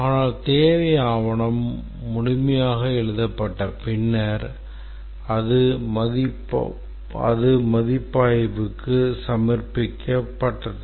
ஆனால் தேவை ஆவணம் முழுமையாக எழுதப்பட்ட பின்னர் அது மதிப்பாய்வுக்கு சமர்ப்பிக்கப்பட்டது